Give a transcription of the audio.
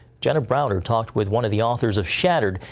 jenna browder talked with one of the authors of shattered,